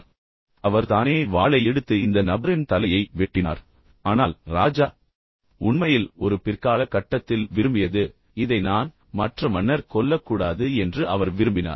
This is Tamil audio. எனவே அவர் தானே வாளை எடுத்து இந்த நபரின் தலையை வெட்டினார் ஆனால் ராஜா உண்மையில் ஒரு பிற்கால கட்டத்தில் விரும்பியது இதை நான் மற்ற மன்னர் கொல்லக்கூடாது என்று அவர் விரும்பினார்